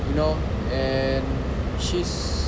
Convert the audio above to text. you know and she's